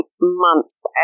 months